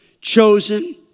chosen